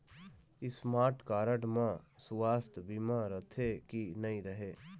Smart card म सुवास्थ बीमा रथे की नई रहे?